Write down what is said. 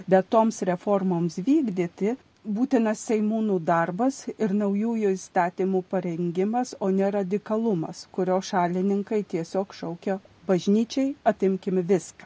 bet toms reformoms vykdyti būtinas seimūnų darbas ir naujųjų įstatymų parengimas o ne radikalumas kurio šalininkai tiesiog šaukia bažnyčiai atimkim viską